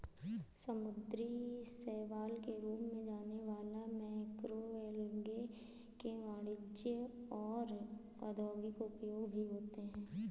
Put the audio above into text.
समुद्री शैवाल के रूप में जाने वाला मैक्रोएल्गे के वाणिज्यिक और औद्योगिक उपयोग भी होते हैं